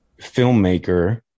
filmmaker